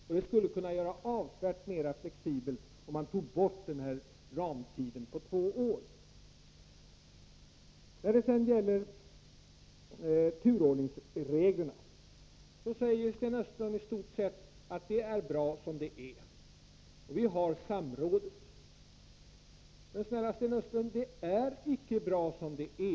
Man skulle nå avsevärt mycket bättre flexibilitet, om man tog bort ramtiden på två år. När det sedan gäller turordningsreglerna säger Sten Östlund att det i stort sett är bra som det är och att man har möjlighet till samråd. Men snälla Sten Östlund, det är icke bra som det är!